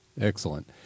Excellent